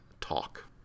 talk